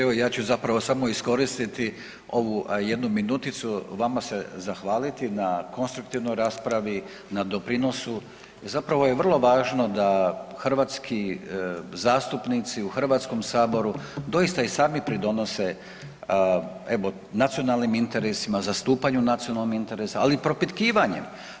Evo ja ću samo iskoristiti ovu jednu minuticu vama se zahvaliti na konstruktivnoj raspravi, na doprinosu, zapravo je vrlo važno da hrvatski zastupnici u HS-u doista i sami pridonose evo, nacionalnim interesima, zastupanju nacionalnih interesa, ali i propitkivanjem.